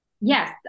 Yes